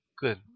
good